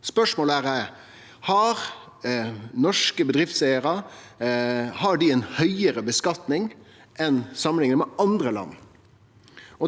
Spørsmålet er om norske bedriftseigarar har ei høgare skattlegging samanlikna med andre land.